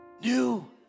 new